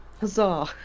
Huzzah